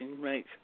right